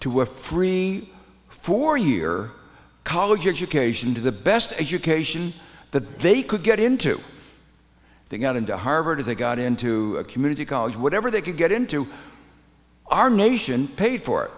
free four year college education to the best education that they could get into they got into harvard or they got into a community college whatever they could get into our nation paid for